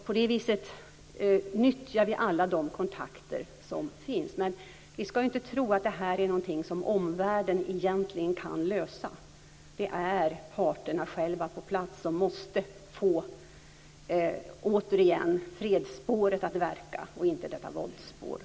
På det sättet nyttjar vi alla de kontakter som finns. Vi ska inte tro att detta är någonting som omvärlden kan lösa. Det är parterna själva på plats som måste få, återigen, fredsspåret att verka och inte våldsspåret.